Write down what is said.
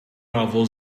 novel